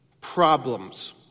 problems